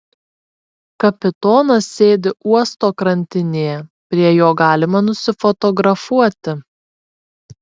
kapitonas sėdi uosto krantinėje prie jo galima nusifotografuoti